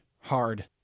hard